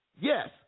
Yes